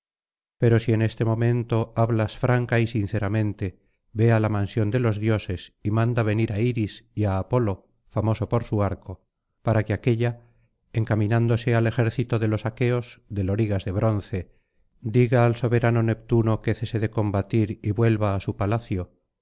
pero si en este momento hablas franca y sinceramente ve á la mansión de los dioses y manda venir á iris y á apolo famoso por su arco para que aquélla encaminándose al ejército de los aqueos de lorigas de bronce diga al soberano neptuno que cese de combatir y vuelva á su palacio